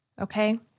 okay